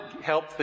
help